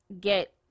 get